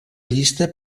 llista